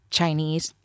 Chinese